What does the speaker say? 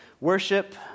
Worship